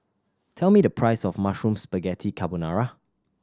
tell me the price of Mushroom Spaghetti Carbonara